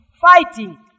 fighting